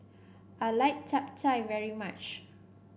I like Chap Chai very much